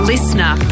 Listener